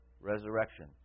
resurrection